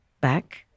back